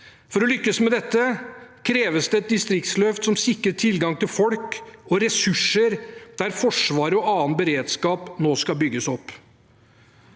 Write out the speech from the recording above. For å lykkes med dette kreves det et distriktsløft som sikrer tilgang til folk og ressurser der Forsvaret og annen beredskap nå skal bygges opp.